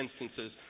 instances